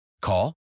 Call